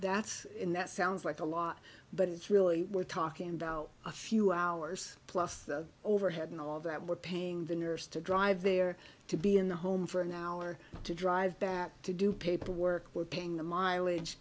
that's in that sounds like a lot but it's really we're talking about a few hours plus the overhead and all that we're paying the nurse to drive there to be in the home for an hour to drive back to do paperwork we're paying the mileage